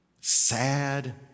sad